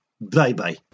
Bye-bye